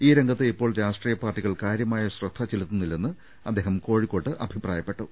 ഈ രംഗത്ത് ഇപ്പോൾ രാഷ്ട്രീയ പാർട്ടികൾ കാര്യമായ ശ്രദ്ധ ചെലുത്തുന്നി ല്ലെന്ന് അദ്ദേഹം കോഴിക്കോട്ട് അഭിപ്രായപ്പെട്ടു